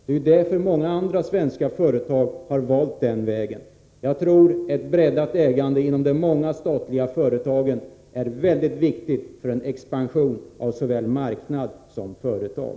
Det är ju därför många andra svenska företag har valt den vägen. Jag tror att ett breddat ägande inom de många statliga företagen är mycket viktigt för en expansion av såväl marknad som företag.